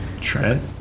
Trent